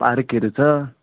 पार्कहरू छ